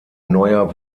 neuer